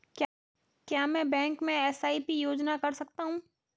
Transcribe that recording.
क्या मैं बैंक में एस.आई.पी योजना कर सकता हूँ?